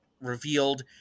revealed